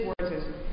words